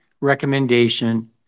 recommendation